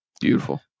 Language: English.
Beautiful